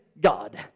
God